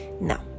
no